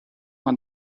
man